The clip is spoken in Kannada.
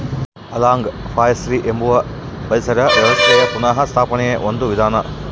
ಅನಲಾಗ್ ಫಾರೆಸ್ಟ್ರಿ ಎಂಬುದು ಪರಿಸರ ವ್ಯವಸ್ಥೆಯ ಪುನಃಸ್ಥಾಪನೆಯ ಒಂದು ವಿಧಾನ